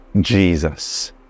Jesus